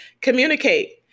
Communicate